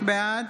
בעד